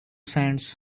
sands